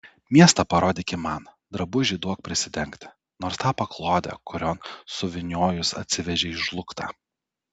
miestą parodyki man drabužį duok prisidengti nors tą paklodę kurion suvyniojus atsivežei žlugtą